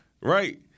right